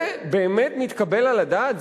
זה באמת מתקבל על הדעת?